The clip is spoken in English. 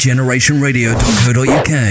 GenerationRadio.co.uk